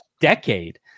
decade